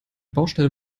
baustelle